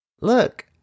Look